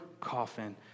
coffin